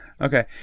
Okay